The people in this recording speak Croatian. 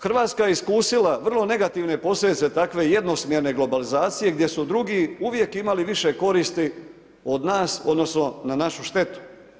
Hrvatska je iskusila vrlo negativne posljedice takve jednosmjerne globalizacije gdje su drugi uvijek imali više koristi od nas odnosno na našu štetu.